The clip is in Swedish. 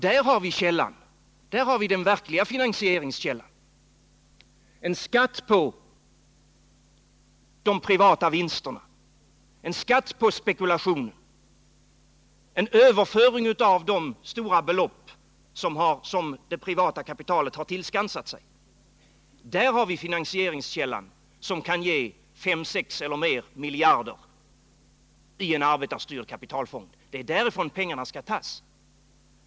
Där har vi den verkliga finansieringskällan — en skatt på de privata vinsterna, en skatt på spekulationen, en överföring av de stora belopp som det privata kapitalet har tillskansat sig. Där har vi finansieringskällan som kan ge fem, sex miljarder eller mer till en arbetarstyrd kapitalfond. Det är därifrån pengarna skall tas.